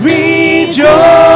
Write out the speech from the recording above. Rejoice